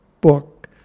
book